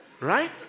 Right